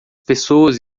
pessoas